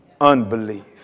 unbelief